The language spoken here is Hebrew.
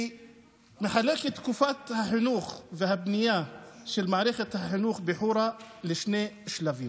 מחלק את תקופת החינוך והבנייה של מערכת החינוך בחורה לשני שלבים.